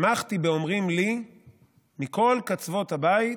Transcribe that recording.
שמחתי באומרים לי מכל קצוות הבית: